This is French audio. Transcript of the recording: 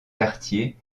cartier